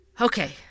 Okay